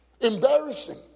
Embarrassing